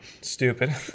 stupid